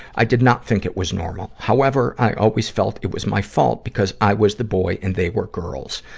i did not think it was normal. however, i always felt it was my fault, because i was the boy and they were girls.